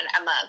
Emma